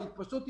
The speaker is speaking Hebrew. היא פשוט תתרסק.